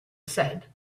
said